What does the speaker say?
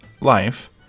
life